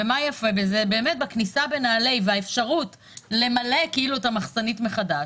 ומה יפה בזה - האפשרות למלא את המחסנית מחדש,